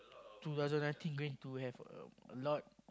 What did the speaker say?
two thousand nineteen going to have a a lot